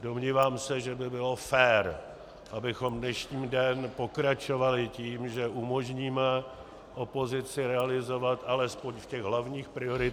Domnívám se, že by bylo fér, abychom dnešní den pokračovali tím, že umožníme opozici realizovat alespoň v těch hlavních prioritách